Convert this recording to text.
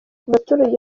abaturage